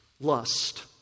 lust